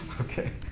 Okay